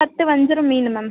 பத்து வஞ்சரம் மீனு மேம்